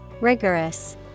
Rigorous